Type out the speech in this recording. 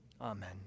Amen